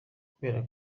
kubera